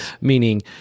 meaning